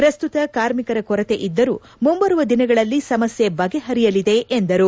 ಪ್ರಸ್ತುತ ಕಾರ್ಮಿಕೆರ ಕೊರತೆ ಇದ್ದರೂ ಮುಂಬರುವ ದಿನಗಳಲ್ಲಿ ಸಮಸ್ನೆ ಬಗೆಹರಿಯಲಿದೆ ಎಂದರು